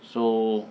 so